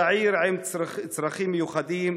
צעיר עם צרכים מיוחדים,